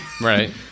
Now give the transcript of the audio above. Right